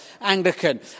Anglican